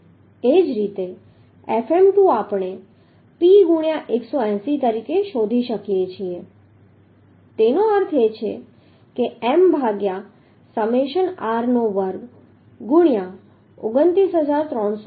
એ જ રીતે Fm2 આપણે P ગુણ્યા 180 તરીકે શોધી શકીએ છીએ તેનો અર્થ એ છે કે m ભાગ્યા સમેશન r નો વર્ગ ગુણ્યા 29398